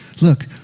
Look